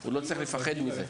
הוא לא צריך לפחד מזה.